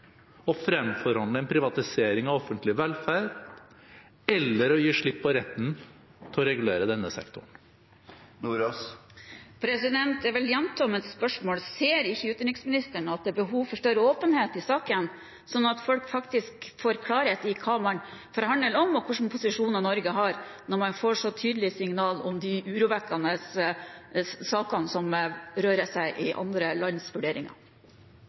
å fremforhandle en privatisering av offentlig velferd, eller å gi slipp på retten til å regulere denne sektoren. Jeg vil gjenta mitt spørsmål: Ser ikke utenriksministeren at det er behov for større åpenhet i saken, slik at folk faktisk får klarhet i hva man forhandler om, og hvilke posisjoner Norge har, når man får så tydelige signaler om de urovekkende sakene som rører seg i andre